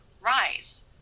rise